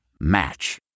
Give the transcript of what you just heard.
Match